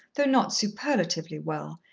though not superlatively, well,